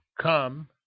Come